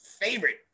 favorite